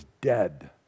dead